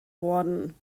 worden